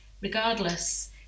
regardless